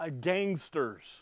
gangsters